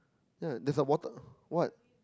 ya there's a water what